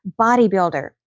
bodybuilder